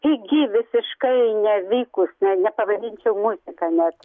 pigi visiškai nevykus net nepavadinčiau muzika net